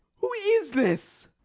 who is this?